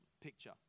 picture